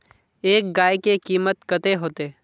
एक गाय के कीमत कते होते?